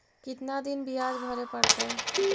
कितना दिन बियाज भरे परतैय?